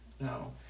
No